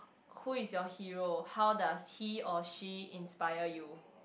who is your hero how does he or she inspire you